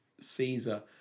Caesar